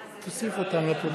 בעד.